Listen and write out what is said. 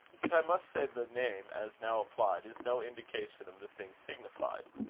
but i must say, the name, as now applied, is no indication of the thing signified.